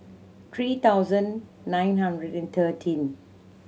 three thousand nine hundred and thirteen